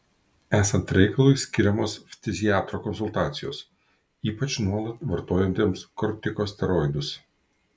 esant reikalui skiriamos ftiziatro konsultacijos ypač nuolat vartojantiems kortikosteroidus